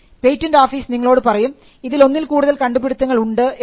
patent office നിങ്ങളോട് പറയും ഇതിൽ ഒന്നിൽ കൂടുതൽ കണ്ടുപിടുത്തങ്ങൾ ഉണ്ട് എന്ന്